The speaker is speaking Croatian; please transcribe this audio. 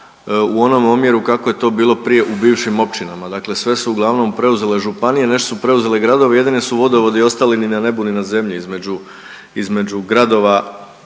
u onom omjeru kako je to bilo prije u bivšim općinama, dakle sve su uglavnom preuzele županije, nešto su preuzeli gradovi, jedino su vodovodi ostali ni na nebu, ni na zemlji, između,